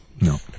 No